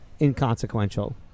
inconsequential